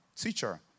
Teacher